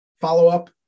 follow-up